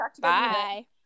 bye